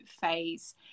phase